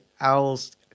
owl's